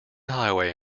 highway